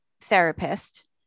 therapist